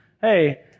hey